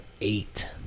eight